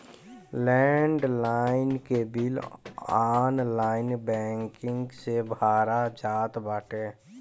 land line के bill online banking से भरा जात बाटे